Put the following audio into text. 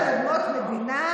ייעשה מאמץ להסדיר אותו.